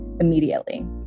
immediately